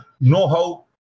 know-how